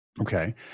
Okay